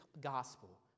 gospel